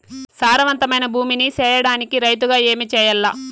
సారవంతమైన భూమి నీ సేయడానికి రైతుగా ఏమి చెయల్ల?